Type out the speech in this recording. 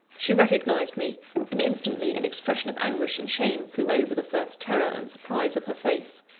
she recognised me and, instantly, an expression of anguish and shame flew over the first terror and surprise of her face.